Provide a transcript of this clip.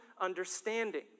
understanding